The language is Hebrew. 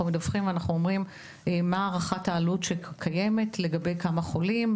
אנחנו כן מדווחים מה הערכת העלות שקיימת לגבי כמה חולים,